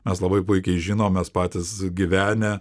mes labai puikiai žinom mes patys gyvenę